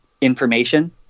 information